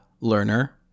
learner